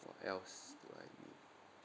what else do I need